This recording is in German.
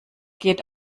geht